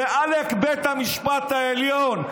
עלק בית המשפט העליון.